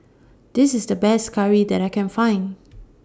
This IS The Best Curry that I Can Find